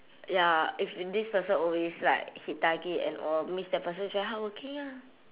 ya if this person always like hit target and all means that person's very hardworking ah